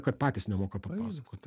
kad patys nemoka papasakoti